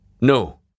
No